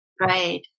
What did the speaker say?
Right